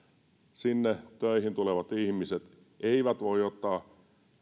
sinne töihin tulevat ihmiset eivät voi ottaa